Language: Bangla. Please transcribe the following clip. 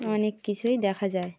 অনেক কিছুই দেখা যায়